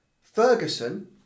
Ferguson